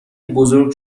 بزرگ